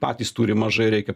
patys turi mažai reikia